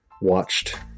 watched